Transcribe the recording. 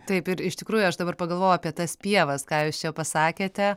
taip ir iš tikrųjų aš dabar pagalvojau apie tas pievas ką jūs čia pasakėte